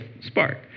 spark